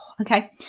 okay